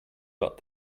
but